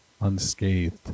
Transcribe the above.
unscathed